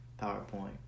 PowerPoint